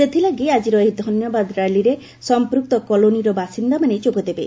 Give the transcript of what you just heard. ସେଥିଲାଗି ଆଜିର ଏହି ଧନ୍ୟବାଦ ର୍ୟାଲିରେ ସଫପୃକ୍ତ କଲୋନିର ବାସିନ୍ଦାମାନେ ଯୋଗଦେବେ